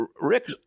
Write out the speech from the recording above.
Rick